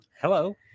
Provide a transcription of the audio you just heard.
Hello